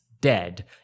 dead